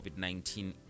COVID-19